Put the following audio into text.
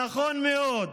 נכון מאוד.